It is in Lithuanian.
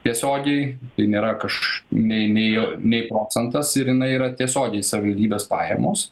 tiesiogiai tai nėra kaž nei nei nei procentas ir jina yra tiesiogiai savivaldybės pajamos